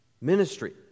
ministry